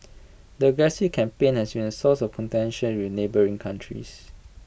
the aggressive campaign has been A source of contention with neighbouring countries